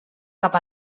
cap